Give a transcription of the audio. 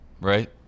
right